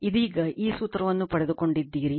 ಇದೀಗ ಈ ಸೂತ್ರವನ್ನು ಪಡೆದುಕೊಂಡಿದ್ದೀರಿ